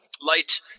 Light